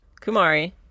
Kumari